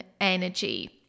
energy